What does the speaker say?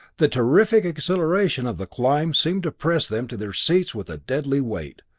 the terrific acceleration of the climb seemed to press them to their seats with a deadly weight.